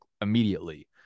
immediately